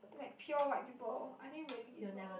like pure white people are they really this wild